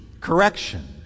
correction